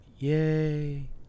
yay